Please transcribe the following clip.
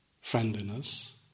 friendliness